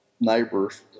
neighbors